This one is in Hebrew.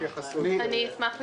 אשמח להתייחס.